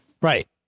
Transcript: Right